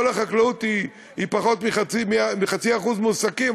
כל החקלאות היא פחות מ-0.5% מועסקים,